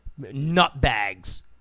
nutbags